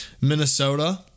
Minnesota